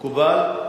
מקובל?